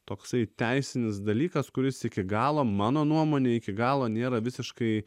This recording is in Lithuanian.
toksai teisinis dalykas kuris iki galo mano nuomone iki galo nėra visiškai